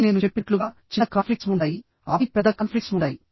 కానీ నేను చెప్పినట్లుగా చిన్న కాన్ఫ్లిక్ట్స్ ఉంటాయి ఆపై పెద్ద కాన్ఫ్లిక్ట్స్ ఉంటాయి